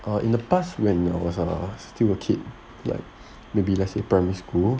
in the past when I was uh still a kid like maybe let's say primary school